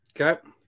Okay